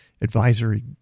advisory